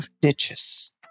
ditches